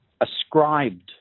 ascribed